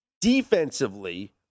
Defensively